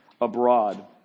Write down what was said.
abroad